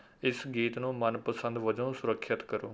ਇਸ ਗੀਤ ਨੂੰ ਮਨਪਸੰਦ ਵਜੋਂ ਸੁਰੱਖਿਅਤ ਕਰੋ